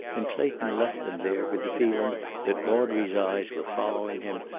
and clayton left them there with the feeling that audrey's eyes were following him,